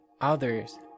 others